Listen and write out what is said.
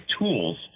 tools